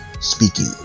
speaking